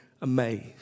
amazed